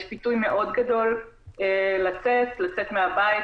יש פיתוי מאוד גדול לצאת מהבית,